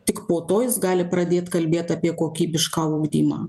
tik po to jis gali pradėt kalbėt apie kokybišką ugdymą